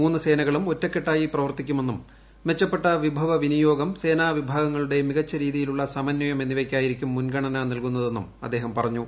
മൂന്നു സേനകളും ഒറ്റക്കെട്ടായി പ്രവർത്തിക്കുമെന്നും മെച്ചപ്പെട്ട ് വിഭവ വിനിയോഗം സേനാ വിഭാഗങ്ങളുടെ മികച്ച രീതിയിലുള്ള സമന്വയം എന്നിവയ്ക്കായിരിക്കും മുൻഗണന നൽകുന്നതെന്നും അദ്ദേഹം പറഞ്ഞു